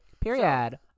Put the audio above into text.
period